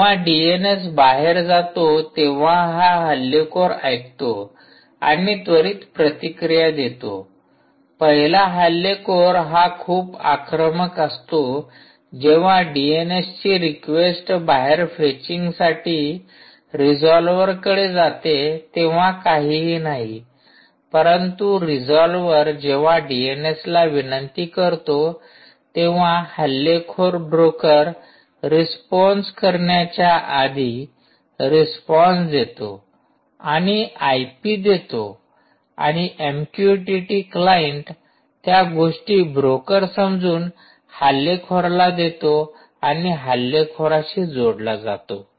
जेव्हा डीएनएस बाहेर जातो तेंव्हा हा हल्लेखोर ऐकतो आणि त्वरित प्रतिक्रिया देतो पहिला हल्लेखोर हा खूप आक्रमक असतो जेव्हा डीएनएसची रिक्वेस्ट बाहेर फेचिंगसाठी रिझॉल्व्हरकडे जाते तेंव्हा काहीही नाही परंतु रिझॉल्व्हर जेव्हा डीएनएसला विनंती करतो तेव्हा हल्लेखोर ब्रोकर रिस्पॉन्स करण्याच्या आधी रिस्पॉन्स देतो आणि आयपी देतो आणि एमक्यूटीटी क्लाइंट त्या गोष्टी ब्रोकर समजून हल्लेखोराला देतो आणि हल्लेखोराशी जोडला जातो